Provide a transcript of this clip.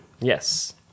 Yes